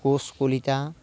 Koch Kalita